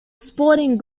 sporting